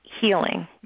healing